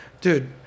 dude